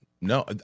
No